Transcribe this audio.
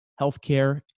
healthcare